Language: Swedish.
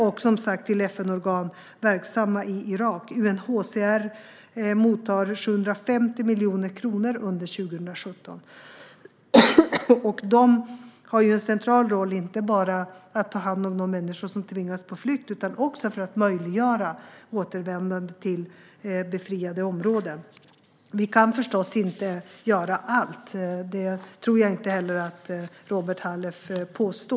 Det handlar om FN-organ verksamma i Irak, där UNHCR mottar 750 miljoner kronor under 2017. De har en central roll inte bara när det gäller att ta hand om de människor som tvingas på flykt utan också för att möjliggöra återvändande till befriade områden. Sverige kan förstås inte göra allt, och det tror jag inte heller att Robert Halef vill påstå.